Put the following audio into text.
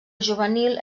juvenil